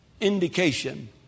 indication